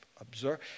Observe